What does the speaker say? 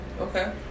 Okay